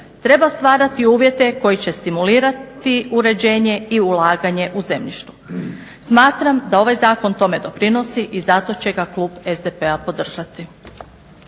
Treba stvarati uvjete koji će stimulirati uređenje i ulaganje u zemljištu. Smatram da ovaj zakon tome doprinosi i zato će ga klub SDP-a podržati.